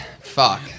Fuck